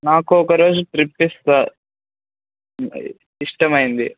నాకు ఒక రోజు ట్రిప్స్ ఇష్టమైంది